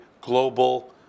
global